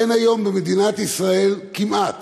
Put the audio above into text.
אין היום במדינת ישראל כמעט